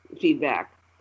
feedback